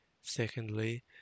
secondly